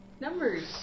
Numbers